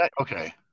okay